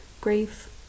grief